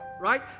right